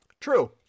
True